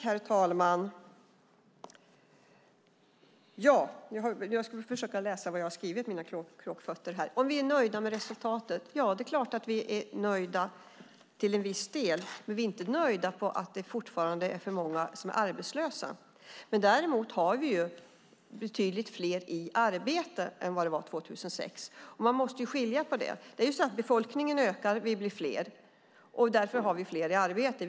Herr talman! Är vi nöjda med resultatet? Ja, det är klart att vi är nöjda till viss del, men vi är inte nöjda med att det fortfarande är för många som är arbetslösa. Däremot har vi betydligt fler i arbete än 2006, och man måste skilja på detta. Befolkningen ökar, och vi blir fler. Därför har vi fler i arbete.